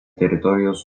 teritorijos